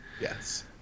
Yes